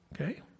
Okay